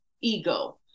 ego